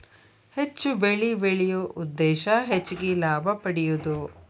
ಹೆಚ್ಚು ಬೆಳಿ ಬೆಳಿಯು ಉದ್ದೇಶಾ ಹೆಚಗಿ ಲಾಭಾ ಪಡಿಯುದು